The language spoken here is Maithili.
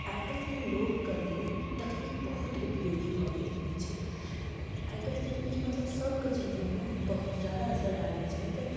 आइकाल्हिके लोकके लेल तकनीक बहुत उपयोगी भऽ गेल अछि आइकाल्हि तकनीक मतलब सभके जीवनमे बहुत जादा असरि डालने छथि